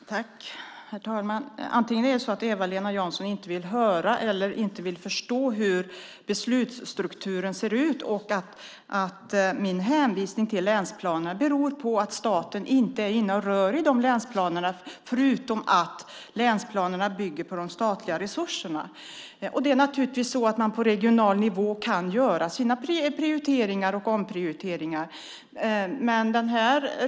Herr talman! Antingen är det så att Eva-Lena Jansson inte vill höra eller inte förstå hur beslutsstrukturen ser ut. Min hänvisning till länsplanerna beror på att staten inte är inne och rör i länsplanerna förutom att de bygger på de statliga resurserna. Det är naturligtvis så att man på regional nivå kan göra sina prioriteringar och omprioriteringar.